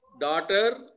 daughter